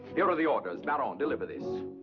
here are the orders. baron, deliver this.